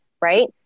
Right